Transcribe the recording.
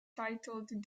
titled